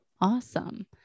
Awesome